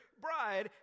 bride